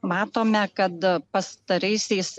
matome kad pastaraisiais